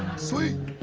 sweet.